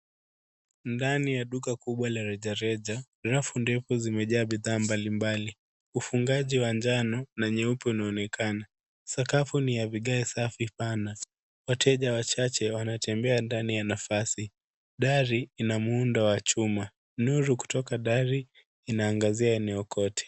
Ndani ya duka kubwa la rejareja, rafu ndefu zimejaa bidhaa mbalimbali, ufungaji wa njano na nyeupe unaonekana. Sakafu ni ya vigae safi pana. Wateja wachache wanatembea ndani ya nafasi. Dari ina muundo wa chuma. Nuru kutoka dari inaagazia eneo kote.